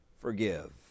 forgive